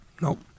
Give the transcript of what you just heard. nope